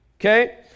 Okay